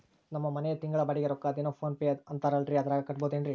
ನಮ್ಮ ಮನೆಯ ತಿಂಗಳ ಬಾಡಿಗೆ ರೊಕ್ಕ ಅದೇನೋ ಪೋನ್ ಪೇ ಅಂತಾ ಐತಲ್ರೇ ಅದರಾಗ ಕಟ್ಟಬಹುದೇನ್ರಿ?